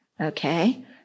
okay